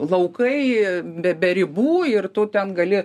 laukai be ribų ir tu ten gali